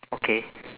okay